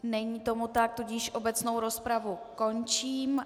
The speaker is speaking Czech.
Není tomu tak, tudíž obecnou rozpravu končím.